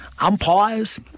umpires